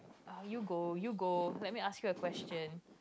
ah you go you go let me ask you a question